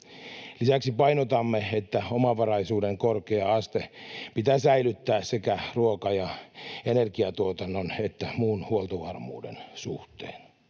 Lisäksi painotamme, että omavaraisuuden korkea aste pitää säilyttää sekä ruoka- ja energiatuotannon että muun huoltovarmuuden suhteen.